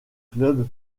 club